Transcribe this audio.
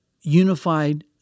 unified